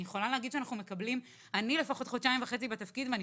אני יכולה להגיד שאנחנו מקבלים -- אני לפחות חודשיים וחצי בתפקיד ואנחנו